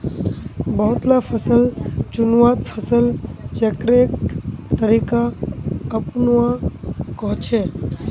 बहुत ला फसल चुन्वात फसल चक्रेर तरीका अपनुआ कोह्चे